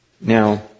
Now